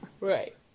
Right